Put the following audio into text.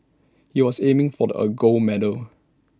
he was aiming for the A gold medal